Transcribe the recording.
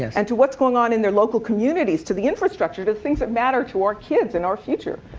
and to what's going on in their local communities, to the infrastructure, to the things that matter to our kids and our future.